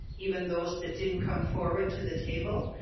even those that didn't come forward to the table.